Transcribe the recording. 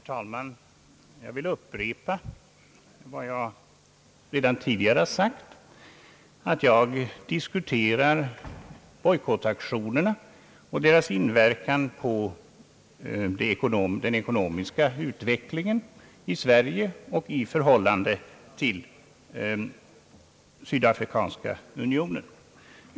Herr talman! Jag vill upprepa vad jag redan tidigare har sagt, att jag diskuterar frågan om bojkottaktionerna och deras inverkan på den ekonomiska utvecklingen i Sverige å ena sidan och vårt lands allmänna förhållande till Sydafrikanska unionen å den andra.